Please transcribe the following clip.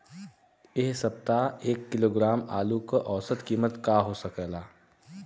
एह सप्ताह एक किलोग्राम आलू क औसत कीमत का हो सकेला?